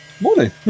morning